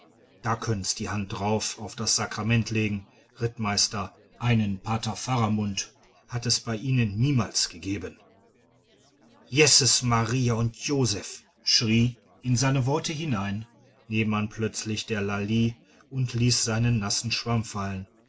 da können's die hand darauf auf das sakrament legen rittmeister einen pater faramund hat's bei ihnen niemals gegeben jesses maria und josef schrie in seine worte hinein nebenan plötzlich der lalli und ließ seinen nassen schwamm fallen